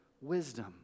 wisdom